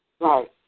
Right